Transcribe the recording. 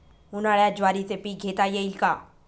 उन्हाळ्यात ज्वारीचे पीक घेता येईल का?